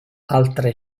altre